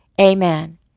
Amen